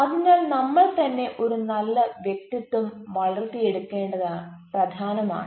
അതിനാൽ നമ്മൾ തന്നെ ഒരു നല്ല വ്യക്തിത്വം വളർത്തിയെടുക്കേണ്ടത് പ്രധാനമാണ്